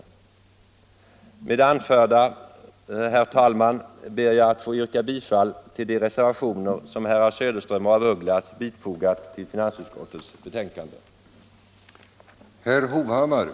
Herr talman! Med det anförda ber jag att få yrka bifall till de reservationer som herrar Söderström och af Ugglas fogat till finansutskottets betänkande.